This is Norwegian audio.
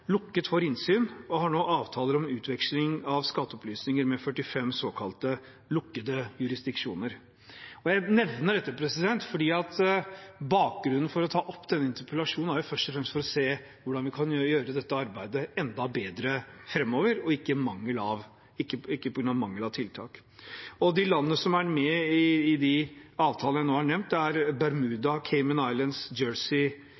lukket for innsyn, og har nå avtaler om utveksling av skatteopplysninger med 45 såkalt lukkede jurisdiksjoner. Jeg nevner dette fordi bakgrunnen for å ta opp denne interpellasjonen først og fremst er at en vil se på hvordan vi kan gjøre dette arbeidet enda bedre framover, ikke at det er mangel på tiltak. De landene som er med i de avtalene jeg nå har nevnt, er